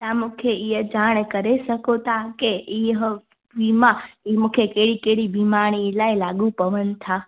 तव्हां मूंखे इहो ॼाण करे सको था के इहो विमा ई मूंंखे कहिड़ी कहिड़ी बीमारी लाइ लागू पवनि था